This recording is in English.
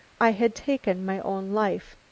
i had taken my own life.